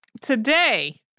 Today